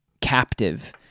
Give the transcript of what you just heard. captive